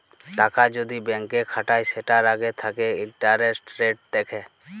টাকা যদি ব্যাংকে খাটায় সেটার আগে থাকে ইন্টারেস্ট রেট দেখে